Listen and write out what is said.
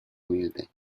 humilde